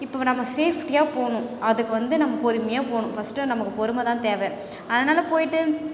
இப்போ நம்ம சேஃப்டியாக போகணும் அதுக்கு வந்து நம்ம பொறுமையாக போகணும் ஃபர்ஸ்ட் நமக்கு பொறுமை தான் தேவை அதனால போயிட்டு